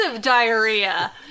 diarrhea